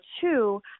two